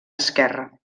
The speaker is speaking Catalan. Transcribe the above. esquerre